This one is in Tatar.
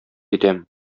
итәм